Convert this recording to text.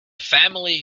family